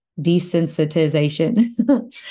desensitization